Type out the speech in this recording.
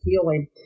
healing